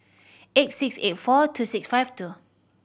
eight six eight four two six five two